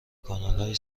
کانالهای